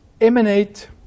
emanate